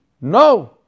No